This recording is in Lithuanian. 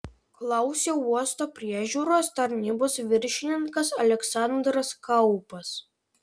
klausė uosto priežiūros tarnybos viršininkas aleksandras kaupas